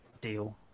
deal